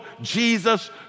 Jesus